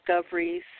discoveries